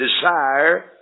desire